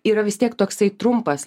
yra vis tiek toksai trumpas